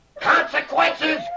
Consequences